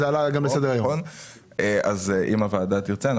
אם הוועדה תרצה,